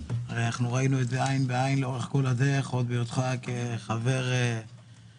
ראינו עין בעין לאורך כל הדרך עוד בהיותך חבר באופוזיציה